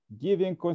giving